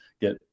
get